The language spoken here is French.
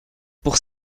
pour